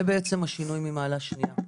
זה בעצם השינוי ממעלה שנייה.